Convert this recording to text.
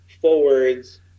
forwards